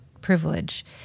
privilege